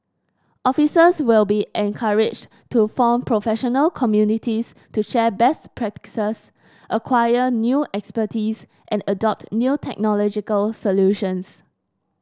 officers will be encouraged to form professional communities to share best practices acquire new expertise and adopt new technological solutions